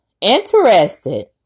interested